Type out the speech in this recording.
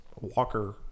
Walker